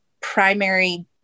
primary